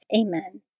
Amen